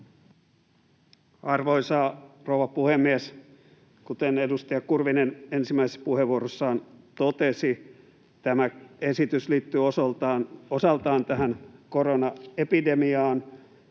Arvoisa rouva puhemies! Kuten edustaja Kurvinen ensimmäisessä puheenvuorossaan totesi, tämä esitys liittyy osaltaan tähän koronaepidemiaan,